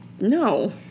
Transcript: No